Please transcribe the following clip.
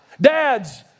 Dads